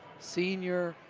senior,